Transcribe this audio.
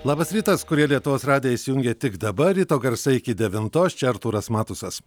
labas rytas kurie lietuvos radiją įsijungė tik dabar ryto garsai iki devintos čia artūras matusas